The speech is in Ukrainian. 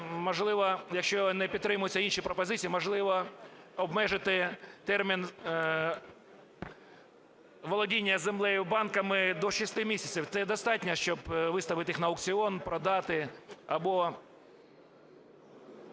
якщо не підтримуються інші пропозиції, можливо, обмежити термін володіння землею банками до 6 місяців. Це достатньо для того, щоб їх виставити на аукціон, продати або